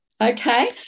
Okay